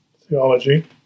theology